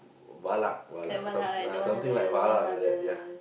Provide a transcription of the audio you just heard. V~ Valak some ah like something like Valak like that ya